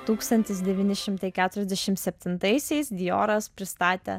tūkstantis devyni šimtai keturiasdešim septintaisiais dioras pristatė